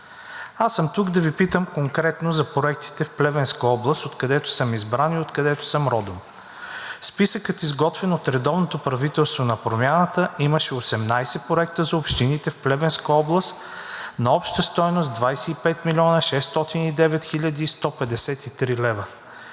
Аз съм тук да Ви питам конкретно за проектите в Плевенска област, откъдето съм избран и откъдето съм родом. В списъка, изготвен от редовното правителство на Промяната, имаше 18 проекта за общините в Плевенска област на обща стойност 25 млн.